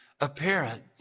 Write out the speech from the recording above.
apparent